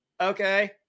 okay